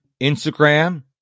Instagram